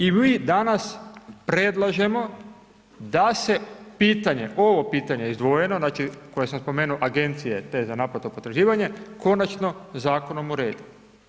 I mi danas, predlažemo, da se pitanje, ovo pitanje, izdvojeno, znači koje sam izdvojio agencije, te za naplatu potraživanju, konačno zakonom uredi.